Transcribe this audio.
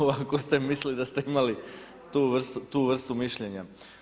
Ovako ste mislili da ste imali tu vrstu mišljenja.